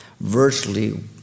virtually